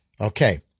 Okay